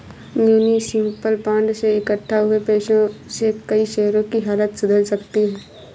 municipal bond से इक्कठा हुए पैसों से कई शहरों की हालत सुधर सकती है